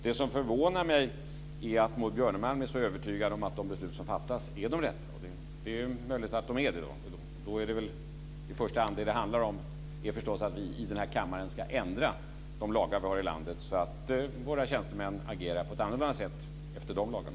Det som förvånar mig är att Maud Björnemalm är så övertygad om att de beslut som fattas är de rätta. Det är möjligt att de är det, och det som det då i första hand handlar om är förstås att vi i den här kammaren ska ändra de lagar vi har i landet så att våra tjänstemän agerar på ett annorlunda sätt efter de lagarna.